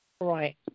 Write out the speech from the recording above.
Right